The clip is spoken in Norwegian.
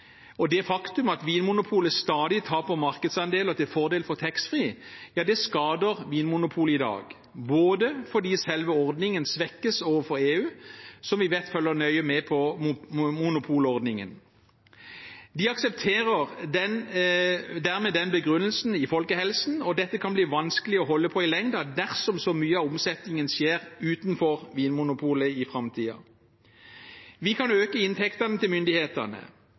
og det faktum at Vinmonopolet stadig taper markedsandeler til fordel for taxfree, skader Vinmonopolet i dag, fordi selve ordningen svekkes overfor EU, som vi vet følger nøye med på monopolordningen. De aksepterer dermed begrunnelsen i folkehelsen, og dette kan det bli vanskelig å holde på i lengden dersom mye av omsetningen skjer utenfor Vinmonopolet i framtiden. Vi kan øke inntektene til myndighetene.